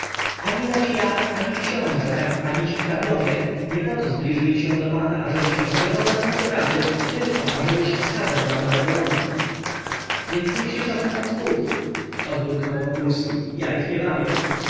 zaś ja ani książę ani ci hrabiowie nie poto zbliżyli się do pana ażebyś odgrzewał dawne potrawy tylko ażebyś wskazał nam nowe drogi więc niech się cofną od spółki odburknął wokulski ja ich nie wabię